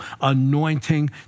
anointing